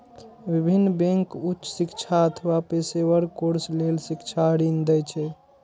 विभिन्न बैंक उच्च शिक्षा अथवा पेशेवर कोर्स लेल शिक्षा ऋण दै छै